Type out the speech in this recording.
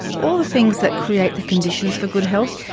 all the things that create the conditions for good health.